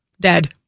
Dead